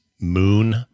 moon